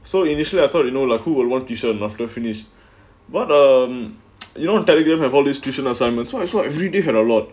so initially I thought you know like who will want tuition after finished but um you know Telegram have all this tuition assignments what long as you really had a lot